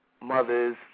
mothers